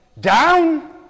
down